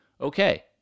Okay